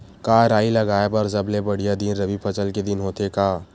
का राई लगाय बर सबले बढ़िया दिन रबी फसल के दिन होथे का?